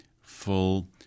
full